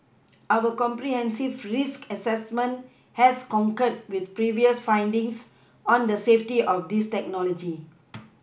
our comprehensive risk assessment has concurred with previous findings on the safety of this technology